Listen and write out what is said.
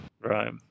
right